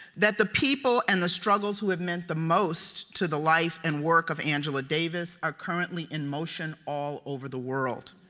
that the people and the struggles who have meant the most to the life and work of angela davis, are currently in motion all over the world.